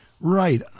Right